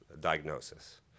diagnosis